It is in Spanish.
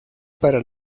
para